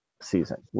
season